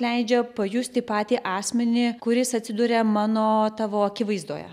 leidžia pajusti patį asmenį kuris atsiduria mano tavo akivaizdoje